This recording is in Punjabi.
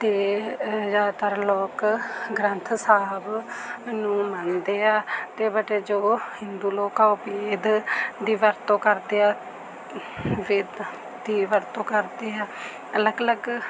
ਅਤੇ ਜ਼ਿਆਦਾਤਰ ਲੋਕ ਗ੍ਰੰਥ ਸਾਹਿਬ ਨੂੰ ਮੰਨਦੇ ਹੈ ਅਤੇ ਬੱਟ ਜੋ ਹਿੰਦੂ ਲੋਕ ਹੈ ਉਹ ਵੇਦ ਦੀ ਵਰਤੋਂ ਕਰਦੇ ਹੈ ਵੇਦ ਦੀ ਵਰਤੋਂ ਕਰਦੇ ਹੈ ਅਲੱਗ ਅਲੱਗ